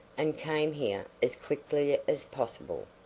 and came here as quickly as possible.